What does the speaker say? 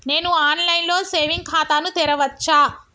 నేను online లో saving ఖాతా ను తెరవచ్చా?